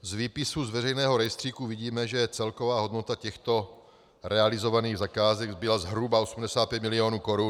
Z výpisu z veřejného rejstříku vidíme, že celková hodnota těchto realizovaných zakázek byla zhruba 85 milionů korun.